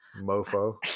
mofo